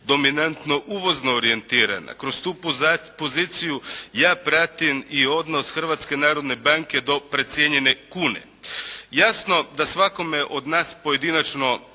dominatno uvozno orijentirana. Kroz tu poziciju ja pratim i odnos Hrvatske narodne banke do precijenjene kune. Jasno da svakome od nas pojedinačno